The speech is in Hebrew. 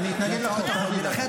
אני אתנגד לחוק, אל תדאג.